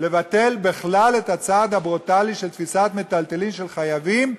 לבטל בכלל את הצעד הברוטלי של תפיסת מיטלטלין של חייבים,